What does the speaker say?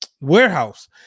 warehouse